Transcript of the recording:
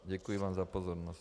Děkuji vám za pozornost.